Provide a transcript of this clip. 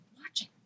watching